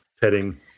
petting